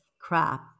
crap